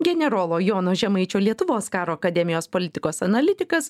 generolo jono žemaičio lietuvos karo akademijos politikos analitikas